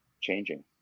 changing